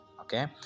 okay